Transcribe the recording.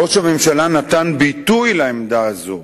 ראש הממשלה נתן ביטוי לעמדה הזאת